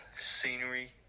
scenery